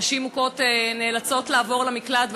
נשים מוכות נאלצות לעבור למקלט,